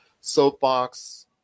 soapbox